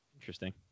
interesting